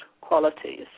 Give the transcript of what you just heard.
qualities